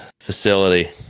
Facility